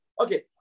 Okay